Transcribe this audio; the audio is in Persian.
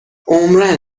عمرا